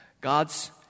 God's